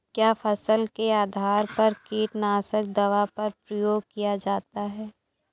क्या फसल के आधार पर कीटनाशक दवा का प्रयोग किया जाता है?